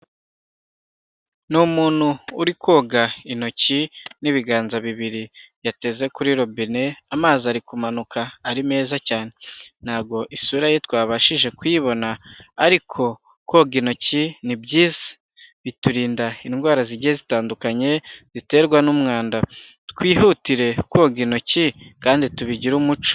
Ni umuntu uri koga intoki n'ibiganza bibiri, yateze kuri robine amazi ari kumanuka ari meza cyane, ntabwo isura ye twabashije kuyibona, ariko koga intoki ni byiza, biturinda indwara zigiye zitandukanye ziterwa n'umwanda, twihutire koga intoki kandi tubigire umuco.